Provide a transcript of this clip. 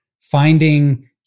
finding